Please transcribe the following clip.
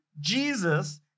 Jesus